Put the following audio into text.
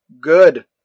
good